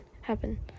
happen